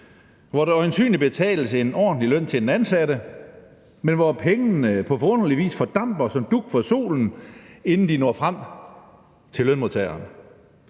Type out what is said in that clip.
hvor der øjensynlig betales en ordentlig løn til den ansatte, men hvor pengene på forunderlig vis fordamper som dug for solen, inden de når frem til lønmodtageren.